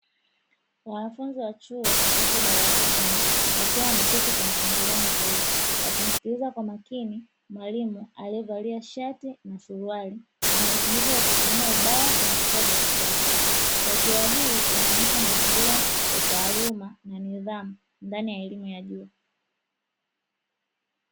Wanafunzi wa chuo wapo darasani wakiwa wameketi kwa mpangilio mzuri, wakimsikiliza kwa makini mwalimu alievalia shati na suruali anaefundisha kwa kutumia ubao na vifaa vya kisasa. Taswila hii inaonesha mazingira ya taaluma na nidhamu ndani ya elimu ya juu.